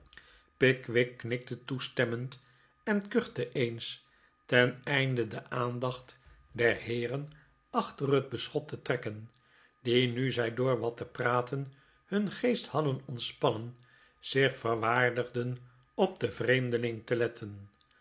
pickwick knikte toestemmend en kuchte eens ten einde de aandacht der heeren yrr r tm nr t r n k n mr r ttt dodson en fogg geven explicaties achter het beschot te trekken die nil zij door wat te praten him geest hadden ontspannen zich verwaardigden op den veemdeling te letten